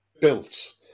built